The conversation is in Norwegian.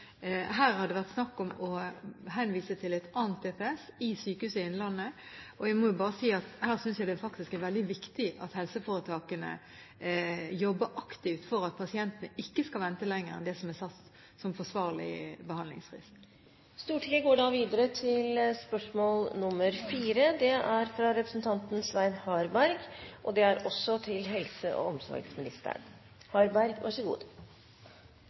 Her har det vært snakk om å henvise til et annet DPS i Sykehuset Innlandet. Jeg må bare si at her synes jeg faktisk det er veldig viktig at helseforetakene jobber aktivt for at pasientene ikke skal vente lenger enn det som er satt som forsvarlig behandlingsfrist. Jeg vil stille følgende spørsmål til helse- og omsorgsministeren: «Nasjonal strategiplan for arbeid og psykisk helse 2007–2012 utløste ressurser til